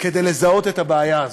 כדי לזהות את הבעיה הזאת,